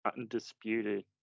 undisputed